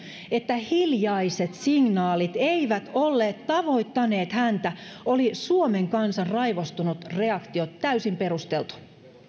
että hiljaiset signaalit eivät olleet tavoittaneet häntä oli suomen kansan raivostunut reaktio täysin perusteltu